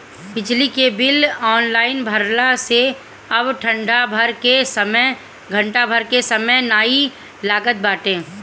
बिजली के bill online भरला से अब घंटा भर के समय नाइ लागत बाटे